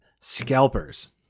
Scalpers